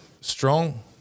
strong